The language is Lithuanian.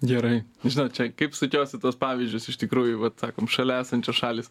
gerai žinot čia kaip sukiosi tuos pavyzdžius iš tikrųjų vat sakom šalia esančios šalys